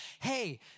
hey